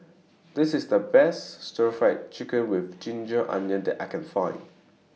This IS The Best Stir Fried Chicken with Ginger Onions that I Can Find